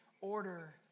order